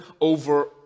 over